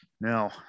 now